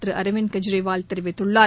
திருஅர்விந்த் கெஜ்ரிவால் தெரிவித்துள்ளார்